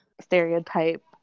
stereotype